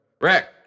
Rick